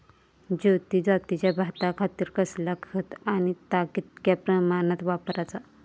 ज्योती जातीच्या भाताखातीर कसला खत आणि ता कितक्या प्रमाणात वापराचा?